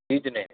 એ જ ને